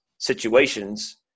situations